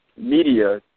media